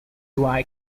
why